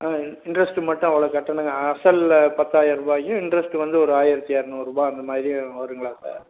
ஆ interest மட்டும் அவ்வளோ கட்டணும் அசலில் பத்தாயிரம் ரூபாயும் இன்ரெஸ்ட்டு வந்து ஒரு ஆயிரத்து இரநூறுபா அந்த மாதிரி வருங்களா சார்